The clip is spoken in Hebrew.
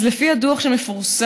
לפי הדוח שפורסם,